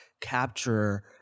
capture